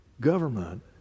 Government